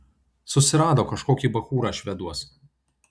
susirado kažkokį bachūrą šveduos